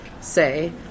say